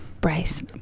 Bryce